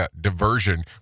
diversion